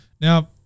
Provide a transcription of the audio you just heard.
Now